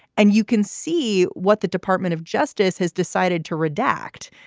and you can see what the department of justice has decided to redact.